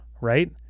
right